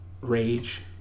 Rage